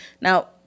Now